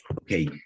okay